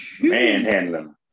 Manhandling